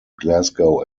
glasgow